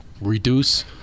reduce